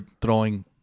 throwing